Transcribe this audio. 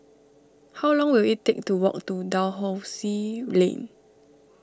how long will it take to walk to Dalhousie Lane